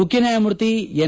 ಮುಖ್ಯ ನ್ಯಾಯಮೂರ್ತಿ ಎನ್